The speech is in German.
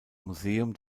museum